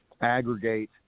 aggregate